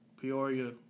Peoria